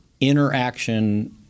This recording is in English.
interaction